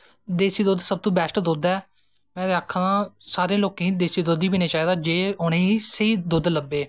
देसी दुद्ध ते सब तो बैस्ट दुध्द ऐं में ते आक्खा दा सारे लोकें गी देस्सी दुध्द गै पीना चाही दा जे उनेंगी स्हेई दुध्द लब्भै